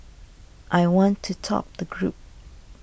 I want to top the group